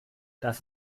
das